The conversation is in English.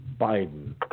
Biden